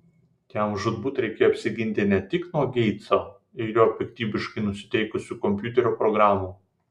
jam žūtbūt reikėjo apsiginti ne tik nuo geitso ir jo piktybiškai nusiteikusių kompiuterio programų